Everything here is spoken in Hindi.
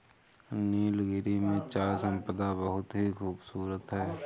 नीलगिरी में चाय संपदा बहुत ही खूबसूरत है